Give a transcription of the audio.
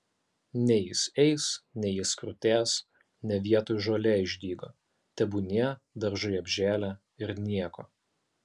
nei jis eis nei jis krutės ne vietoj žolė išdygo tebūnie daržai apžėlę ir nieko